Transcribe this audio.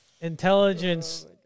Intelligence